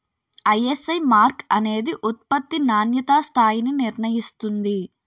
ISI mark అనేది ఉత్పత్తి నాణ్యతా స్థాయిని నిర్ణయిస్తుంది